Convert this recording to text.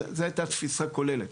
זו הייתה התפיסה הכוללת,